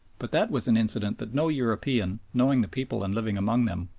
but that was an incident that no european knowing the people and living among them,